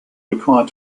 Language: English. required